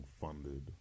funded